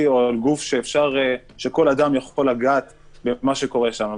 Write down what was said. או גוף שכל אדם יכול לגעת במה שקורה בו.